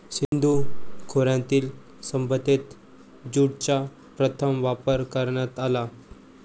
सिंधू खोऱ्यातील सभ्यतेत ज्यूटचा प्रथम वापर करण्यात आला